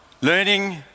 learning